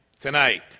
tonight